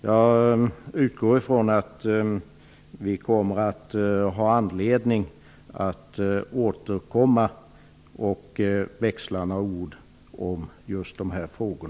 Jag utgår från att vi också framöver skall ha anledning att återkomma och växla några ord i just dessa frågor.